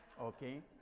Okay